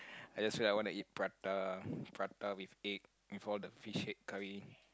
I just feel I want to eat prata prata with egg with all the fish head curry